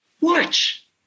watch